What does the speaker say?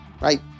right